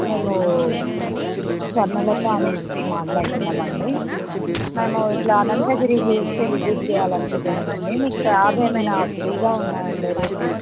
నేను స్వర్ణలత అని మాట్లాడుతున్నాం అండి మేము ఇట్లా అనంతగిరి హిల్స్ విజిట్ చేయాలని అనుకుంటున్నాం అండి మీ క్యాబ్ ఏమైన ఫ్రీగా ఉందా అండి రేపు